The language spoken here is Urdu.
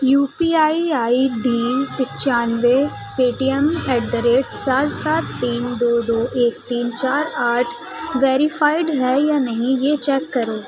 you P I I D پچانوے Paytm at the rate سات سات تین دو دو ایک تین چار آٹھ ویریفائڈ ہے یا نہیں یہ چیک کرو